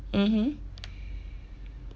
mmhmm